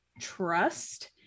trust